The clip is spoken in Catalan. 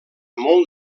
molt